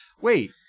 Wait